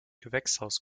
gewächshaus